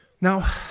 Now